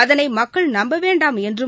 அதனை மக்கள் நம்ப வேண்டாம் என்றும்